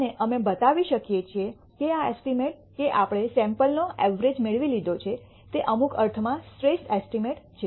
અને અમે બતાવી શકીએ કે આ એસ્ટીમેટ કે આપણે સૈમ્પલનો ઐવ્રજ મેળવી લીધો છે તે અમુક અર્થમાં શ્રેષ્ઠ એસ્ટીમેટ છે